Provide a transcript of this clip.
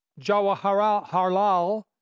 Jawaharlal